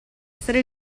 essere